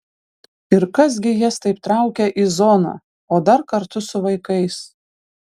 ir kas gi jas taip traukia į zoną o dar kartu su vaikais